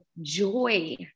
joy